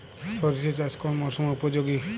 সরিষা চাষ কোন মরশুমে উপযোগী?